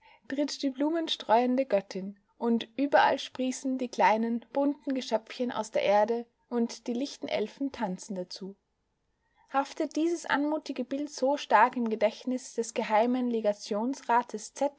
tritt die blumenstreuende göttin und überall sprießen die kleinen bunten geschöpfchen aus der erde und die lichten elfen tanzen dazu haftet dieses anmutige bild so stark im gedächtnis des geheimen